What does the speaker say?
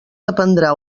dependrà